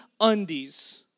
undies